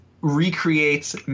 recreates